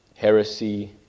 Heresy